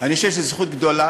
אני חושב שזו זכות גדולה,